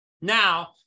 Now